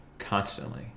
Constantly